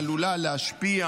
העלולה להשפיע,